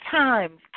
times